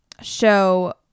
show